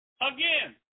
Again